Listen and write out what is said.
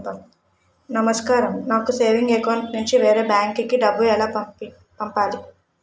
నమస్కారం నాకు savings account నుంచి వేరే బ్యాంక్ కి డబ్బు ఎలా పంపాలి?